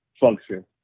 function